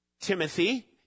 Timothy